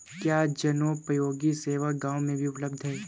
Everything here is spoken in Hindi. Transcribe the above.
क्या जनोपयोगी सेवा गाँव में भी उपलब्ध है?